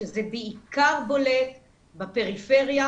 כשזה בעיקר בולט בפריפריה,